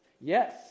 Yes